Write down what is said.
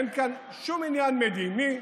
אין כאן שום עניין מדיני,